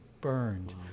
burned